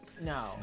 No